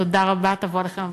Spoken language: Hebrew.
תודה רבה, תבוא עליכם הברכה.